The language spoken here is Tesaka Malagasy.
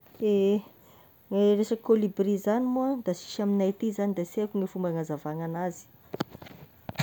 Ehe! ny resaky kôlibry zagny moa, da sisy amignay aty zagny da sy aiko ny fomba agnazavagna agn'azy.